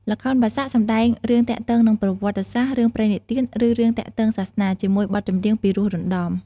ល្ខោនបាសាក់ សម្ដែងរឿងទាក់ទងនឹងប្រវត្តិសាស្ត្រ រឿងព្រេងនិទាន ឬរឿងទាក់ទង់សាសនា ជាមួយបទចម្រៀងពីរោះរណ្ដំ។